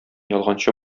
ялганчы